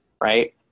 Right